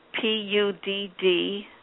P-U-D-D